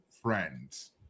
Friends